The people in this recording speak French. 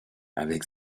avec